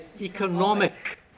economic